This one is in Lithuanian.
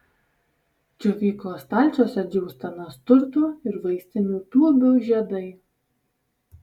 džiovyklos stalčiuose džiūsta nasturtų ir vaistinių tūbių žiedai